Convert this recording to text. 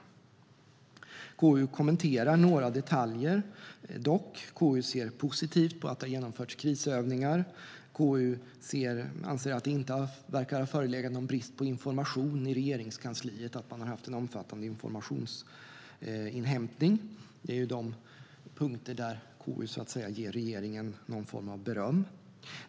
KU kommenterar några detaljer. Dock ser KU positivt på att det har genomförts krisövningar. KU anser att det inte verkar ha förelegat någon brist på information i Regeringskansliet och att det har varit en omfattande informationsinhämtning. Det är de punkter där KU ger regeringen någon form av beröm.